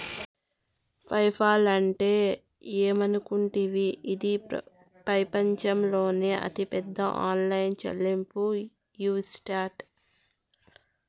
PayPal అంటే ఏమనుకుంటివి, ఇది పెపంచంలోనే అతిపెద్ద ఆన్లైన్ చెల్లింపు యవస్తట